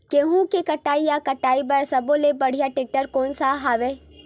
गेहूं के कटाई या कटाई बर सब्बो ले बढ़िया टेक्टर कोन सा हवय?